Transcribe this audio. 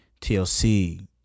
TLC